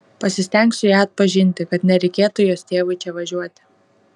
pasistengsiu ją atpažinti kad nereikėtų jos tėvui čia važiuoti